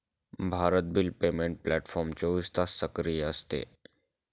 Bharat bill payment platform चोवीस तास सक्रिय असते